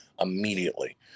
immediately